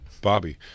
Bobby